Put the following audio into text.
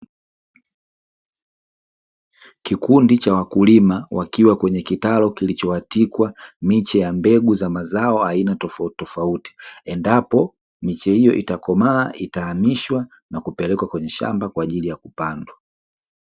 Kikundi cha wakulima wakiwa kwenye kitalu kilichowatikwa miche ya mbegu za mazao aina tofautitofauti, endapo miche hiyo itakomaa, itahamishwa na kupelekwa kwenye shamba kwa ajili ya kupandwa.